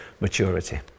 maturity